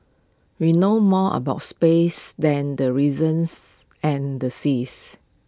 we know more about space than the reasons and the seas